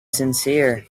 sincere